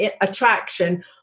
attraction